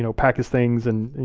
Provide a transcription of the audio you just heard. know, pack his things, and you